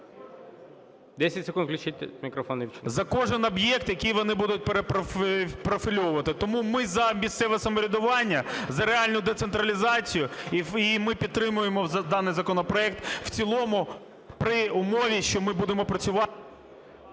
…за кожний об'єкт, який вони будуть перепрофільовувати. Тому ми за місцеве самоврядування, за реальну децентралізацію, і ми підтримуємо даний законопроект в цілому при умові, що ми будемо працювати.